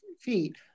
feet